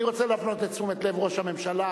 אני רוצה להפנות את תשומת לבו של ראש הממשלה,